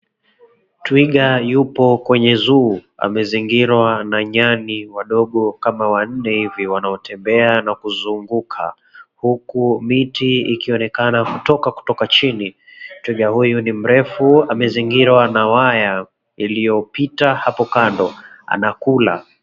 Twiga yupo kwenye zoo . Amezingirwa na nyani wadogo kama wanne hivi wanaotembea na kuzunguka, huku miti ikionekana kutoka kutoka chini. Twiga huyu ni mrefu amezingirwa na waya iliyopita hapo kando anakula.